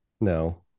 No